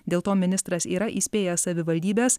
dėl to ministras yra įspėjęs savivaldybes